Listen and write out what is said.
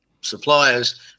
suppliers